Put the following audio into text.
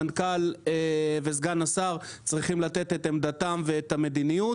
המנכ"ל וסגן השר צריכים לתת את עמדתם ואת המדיניות.